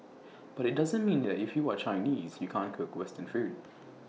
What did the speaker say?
but IT doesn't mean that if you are Chinese you can't cook western food